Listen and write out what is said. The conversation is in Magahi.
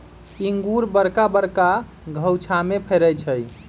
इंगूर बरका बरका घउछामें फ़रै छइ